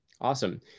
awesome